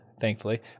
thankfully